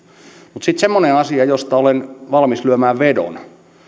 mutta sitten semmoinen asia josta olen valmis lyömään vedon